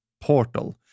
portal